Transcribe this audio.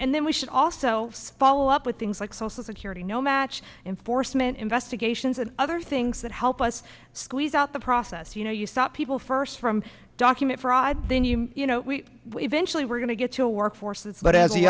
and then we should also follow up with things like social security no match enforcement investigations and other things that help us squeeze out the process you know you stop people first from document fraud then you you know we eventually we're going to get to workforces but as the